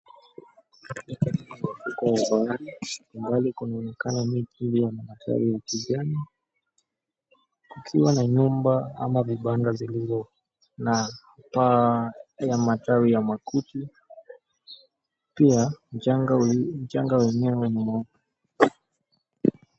Ufukwe wa bahari mbali kunaonekana miti iliyo na matawi ya kijani, kukiwa na nyumba ama vibanda zilizo na paa ya matawi ya makuti pia mchanga wenyewe ni mweupe.